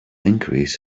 increase